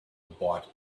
bought